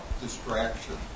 distraction